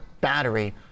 Battery